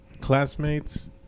classmates